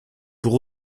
pour